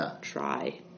try